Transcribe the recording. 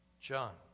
John